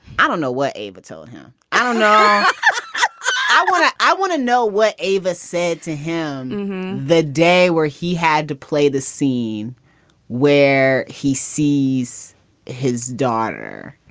i don't know what abe told him. i don't know i want to i want to know what avis said to him the day where he had to play the scene where he sees his daughter,